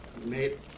made